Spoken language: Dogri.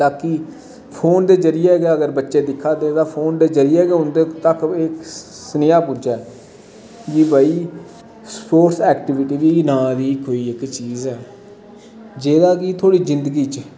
ताकि फोन दै जरियै गै अगर बच्चे दिक्खा दे ते फोन दै जरियै गै उंदै तक एह् सनेहा पुज्जै कि भाई स्पोर्टस ऐक्टिविटी नां दी बी कोई इक चीज़ ऐ जेह्ॅदा कि थोहाॅड़ी जिन्दगी च